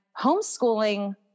homeschooling